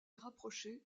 rapprochée